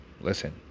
listen